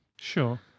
Sure